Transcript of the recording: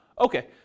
Okay